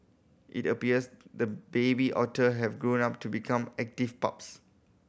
it appears the baby otters have grown up to become active pups